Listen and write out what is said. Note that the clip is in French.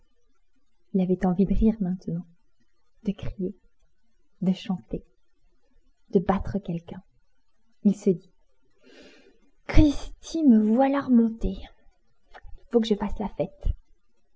il avait envie de rire maintenant de crier de chanter de battre quelqu'un il se dit cristi me voilà remonté il faut que je fasse la fête